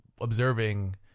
observing